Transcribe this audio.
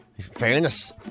Fairness